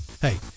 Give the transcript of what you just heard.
Hey